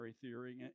theory